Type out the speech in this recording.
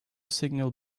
signal